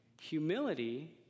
Humility